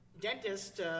dentist